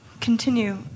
Continue